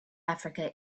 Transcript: africa